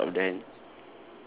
below part of the hand